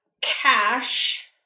cash